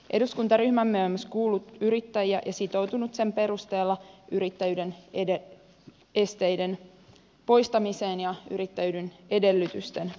eduskuntaryhmämme on myös kuullut yrittäjiä ja sitoutunut sen perusteella yrittäjyyden esteiden poistamiseen ja yrittäjyyden edellytysten parantamiseen